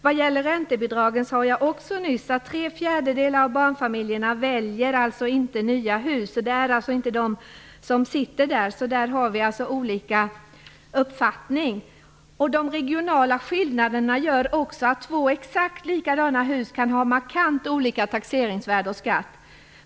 När det gäller räntebidragen sade jag också nyss att tre fjärdedelar av barnfamiljerna inte väljer nya hus. De sitter alltså inte där. Där har vi olika uppfattningar. De regionala skillnaderna gör också att två exakt likadana hus kan ha markant olika taxeringsvärde och skatt.